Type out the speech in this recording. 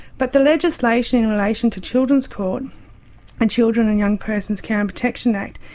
but the legislation in relation to children's court and children and young persons care and protection act,